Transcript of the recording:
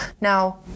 Now